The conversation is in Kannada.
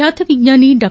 ಬ್ಲಾತ ವಿಜ್ವಾನಿ ಡಾ